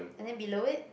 and then below it